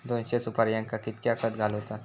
दोनशे सुपार्यांका कितक्या खत घालूचा?